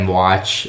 watch